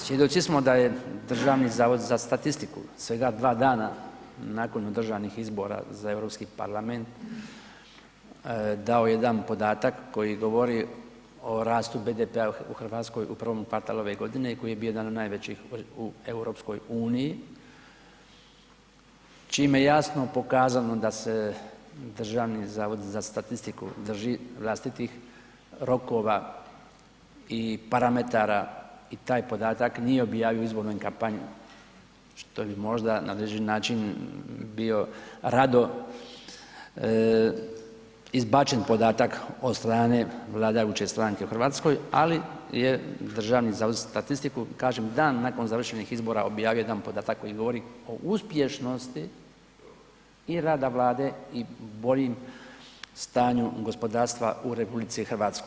Svjedoci smo da je Državni zavod za statistiku, svega dva dana nakon održanih izbora za Europski parlament dao jedan podatak koji govori o rastu BDP-a u Hrvatskoj u prvom kvartalu ove godine i koji je bio jedan od najvećih u EU čime je jasno pokazano da se Državni zavod za statistiku drži vlastitih rokova i parametara i taj podatak nije objavio u izbornoj kampanji što bi možda na određeni način bio rado izbačen podatak od strane vladajuće stranke u Hrvatskoj ali je Državni zavod za statistiku kažem dan nakon završenih izbora objavio jedan podatak koji govori o uspješnosti i rada Vlade i boljem stanju gospodarstva u RH.